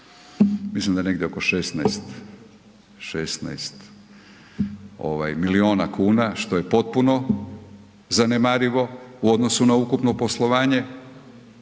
mislim da negdje oko 16 milijuna kuna što je potpuno zanemarivo u odnosu na ukupno poslovanje